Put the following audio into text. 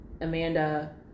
Amanda